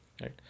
right